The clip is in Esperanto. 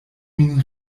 min